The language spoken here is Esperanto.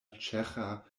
ĉeĥa